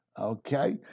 Okay